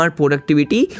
productivity